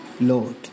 Lord